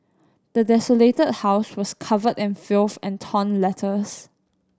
the desolated house was covered in filth and torn letters